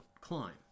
climb